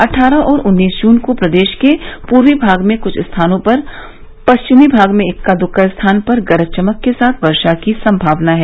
अट्ठारह और उन्नीस जून को प्रदेश के पूर्वी भाग में कुछ स्थानों पर तथा पश्चिमी भाग में इक्का दुक्का स्थान पर गरज चमक के साथ वर्षा की सम्भावना है